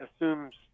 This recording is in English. assumes